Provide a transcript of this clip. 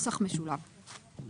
נוסח משולב.